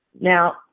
Now